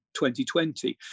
2020